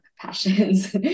passions